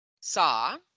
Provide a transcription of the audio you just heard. saw